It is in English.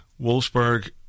Wolfsburg